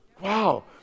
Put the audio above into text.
Wow